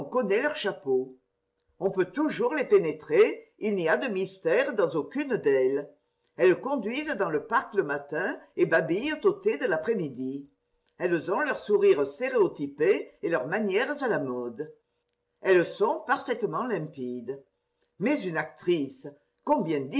leurs chapeaux on peut toujours les pénétrer il n'y a de mystère dans aucune d'elles elles conduisent dans le parc le matin et babillent aux thés de l'après-midi elles ont leurs sourires stéréotypés et leurs manières à la mode elles sont parfaitement limpides mais une actrice